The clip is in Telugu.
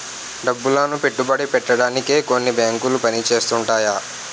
డబ్బులను పెట్టుబడి పెట్టడానికే కొన్ని బేంకులు పని చేస్తుంటాయట